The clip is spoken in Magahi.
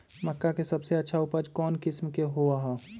मक्का के सबसे अच्छा उपज कौन किस्म के होअ ह?